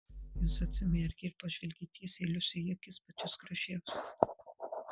jis atsimerkė ir pažvelgė tiesiai liusei į akis pačias gražiausias